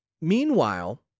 Meanwhile